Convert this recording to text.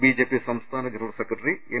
B J P സംസ്ഥാന general secretary M